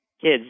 kids